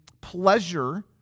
pleasure